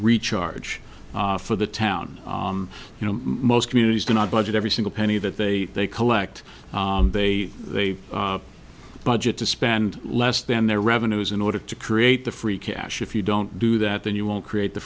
recharge for the town you know most communities do not budget every single penny that they they collect they they budget to spend less than their revenues in order to create the free cash if you don't do that then you won't create the